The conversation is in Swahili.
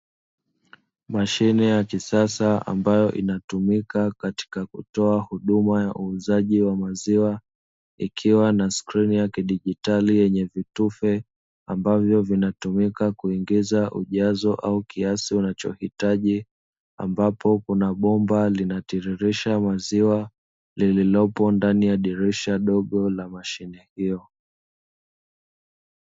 Mashine ya kisasa ambayo inatumika katika kutoa huduma ya uuzaji wa maziwa ikiwa na skrini yake digitali yenye vitufe ambavyo vinatumika kuongeza ujazo au kiasi unachokihitaji, ambapo kuna bomba linatiririsha maziwa, liliyomo ndani ya dirisha dogo la mashine hiyo.